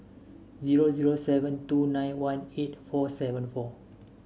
zero zero seven two nine one eight four seven four